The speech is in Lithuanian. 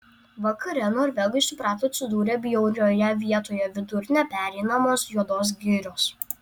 vakare norvegai suprato atsidūrę bjaurioje vietoje vidur nepereinamos juodos girios